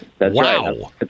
Wow